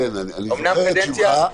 אני זוכר את שמך.